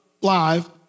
live